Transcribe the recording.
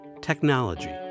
technology